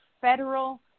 federal